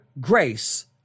grace